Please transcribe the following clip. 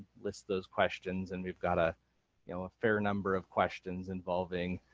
list those questions and we've got a you know ah fair number of questions involving